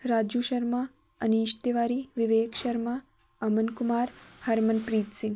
Raju Sharma Anish Tiwari Vivek Sharma Aman Kumar Harmanpreet Singh